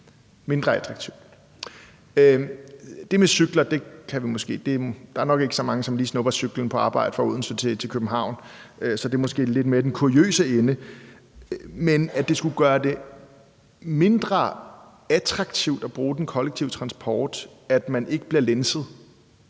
endnu mindre attraktivt. Der er nok ikke så mange, som lige snupper cyklen på arbejde fra Odense til København, så det er måske lidt mere i den kuriøse ende, men at det skulle gøre det mindre attraktivt at bruge den kollektive transport, at man ikke bliver lænset